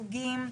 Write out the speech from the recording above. חוגים,